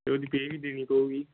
ਤਾਂ ਉਹਦੀ ਪੇ ਵੀ ਦੇਣੀ ਪਊਗੀ